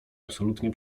absolutnie